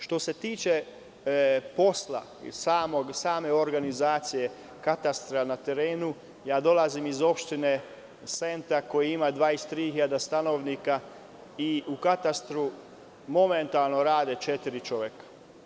Što se tiče posla i same organizacije katastra na terenu, dolazim iz opštine Senta koja ima 23.000 stanovnika i u katastru momentalno rade četiri čoveka.